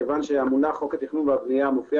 כיוון שהמונח חוק התכנון והבנייה מופיע